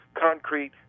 concrete